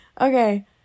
okay